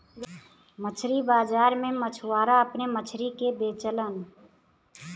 मछरी बाजार में मछुआरा अपने मछरी के बेचलन